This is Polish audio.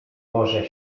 może